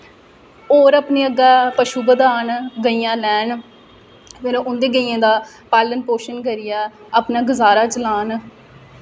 होर अपने अग्गें पशु बधान गइयां लैन फिर उं'दे गइयें दा पालन पोषण करियै अपना गजारा चलान